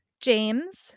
James